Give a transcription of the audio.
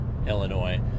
Illinois